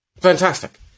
Fantastic